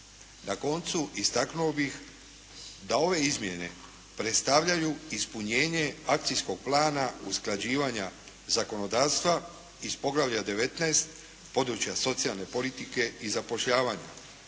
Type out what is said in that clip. Na koncu istaknuo bih da ove izmjene predstavljaju ispunjenje akcijskog plana usklađivanja zakonodavstva iz poglavlja XIX. – područja socijalne politike i zapošljavanja.